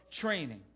training